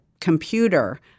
computer